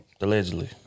Allegedly